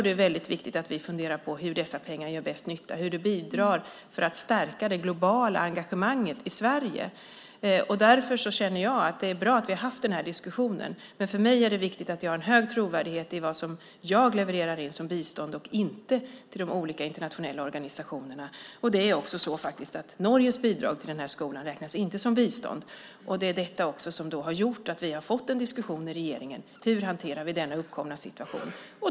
Det är viktigt att vi funderar på hur dessa pengar gör bäst nytta och hur vi bidrar till att stärka det globala engagemanget i Sverige. Det är bra att vi har haft den här diskussionen. För mig är det viktigt att jag har en hög trovärdighet i vad jag levererar in som bistånd och inte till de olika internationella organisationerna. Norges bidrag till skolan räknas inte som bistånd. Det är detta som har gjort att vi har fått en diskussion i regeringen om hur vi ska hantera den uppkomna situationen.